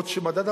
בעוד מדד